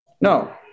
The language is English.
No